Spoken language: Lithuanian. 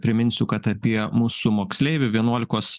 priminsiu kad apie mūsų moksleivių vienuolikos